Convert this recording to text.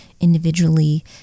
individually